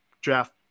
draft